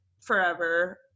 forever